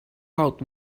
out